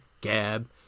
Gab